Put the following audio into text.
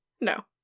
No